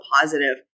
positive